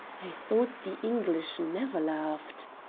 i thought the english never laughed!